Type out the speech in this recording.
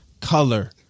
color